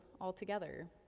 altogether